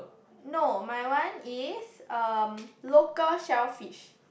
no my one is um local shellfish